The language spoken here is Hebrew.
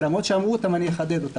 למרות שאמרו אותם אני אחדד.